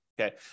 okay